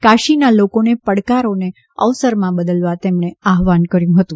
કાશીના લોકોને પડકારોને અવસરમાં બદલવા આહવાન કર્યું હતું